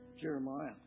Jeremiah